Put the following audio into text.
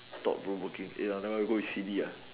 not provoking eh now now we go with C_D ah